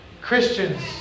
Christians